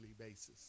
basis